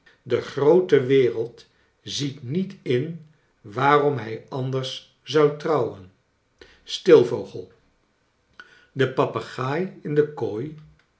de groote wereld ziet niet in waarom hij anders zou trouwen stil vogel de papagaai in de kooi